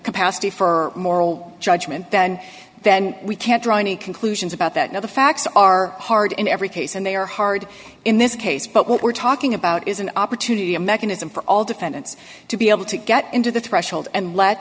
capacity for moral judgment then then we can't draw any conclusions about that now the facts are hard in every case and they are hard in this case but what we're talking about is an opportunity a mechanism for all defendants to be able to get into the threshold and let